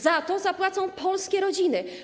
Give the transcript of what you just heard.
Za to zapłacą polskie rodziny.